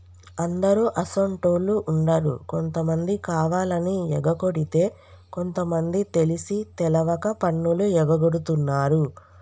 అందరు అసోంటోళ్ళు ఉండరు కొంతమంది కావాలని ఎగకొడితే కొంత మంది తెలిసి తెలవక పన్నులు ఎగగొడుతున్నారు